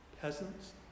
peasants